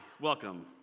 Welcome